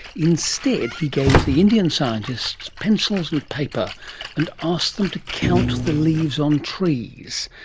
instead he gave the indian scientists pencils and paper and asked them to count the leaves on trees.